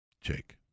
Jake